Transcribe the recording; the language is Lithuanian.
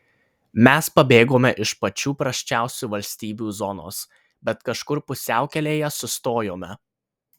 mes pabėgome iš pačių prasčiausių valstybių zonos bet kažkur pusiaukelėje sustojome